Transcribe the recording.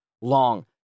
long